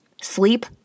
sleep